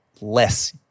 less